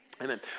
Amen